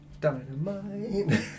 Dynamite